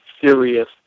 serious